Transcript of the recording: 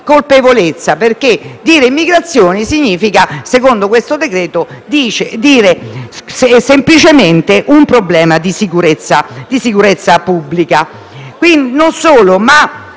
colpevolezza, perché l'immigrazione, secondo questo decreto-legge, è semplicemente un problema di sicurezza pubblica.